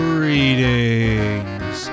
Greetings